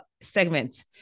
segment